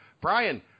Brian